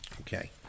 Okay